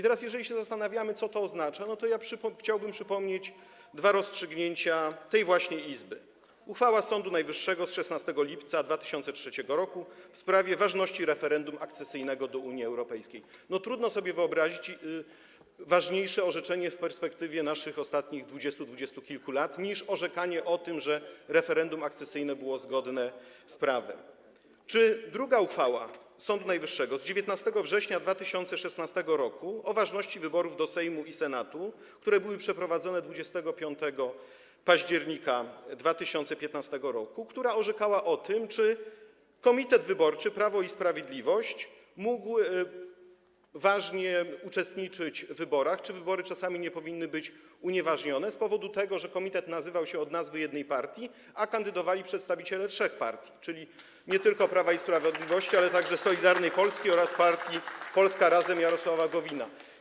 Teraz, jeżeli się zastawiamy, co to oznacza, to chciałbym przypomnieć dwa rozstrzygnięcia tej właśnie izby: uchwałę Sądu Najwyższego z 16 lipca 2003 r. w sprawie ważności referendum akcesyjnego do Unii Europejskiej - trudno sobie wyobrazić ważniejsze orzeczenie w perspektywie naszych ostatnich 20, dwudziestu kilku lat niż orzeczenie o tym, że referendum akcesyjne było zgodne z prawem - czy drugą uchwałę Sądu Najwyższego, uchwałę z 19 września 2016 r. o ważności wyborów do Sejmu i Senatu, które były przeprowadzone 25 października 2015 r., w której orzekano o tym, czy Komitet Wyborczy Prawo i Sprawiedliwość mógł ważnie uczestniczyć w wyborach, czy czasami wybory nie powinny być unieważnione z tego powodu, że nazwa komitetu pochodziła od nazwy jednej partii, a kandydowali przedstawiciele trzech partii, czyli nie tylko Prawa i Sprawiedliwości, ale także Solidarnej Polski oraz partii Polska Razem Jarosława Gowina.